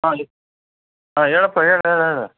ಆಂ ಹೇಳಪ್ಪ ಹೇಳು ಹೇಳು ಹೇಳು